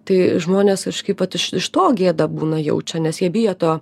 tai žmonės kažkaip va iš to gėdą būna jaučia nes jie bijo to